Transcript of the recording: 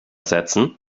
setzen